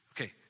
Okay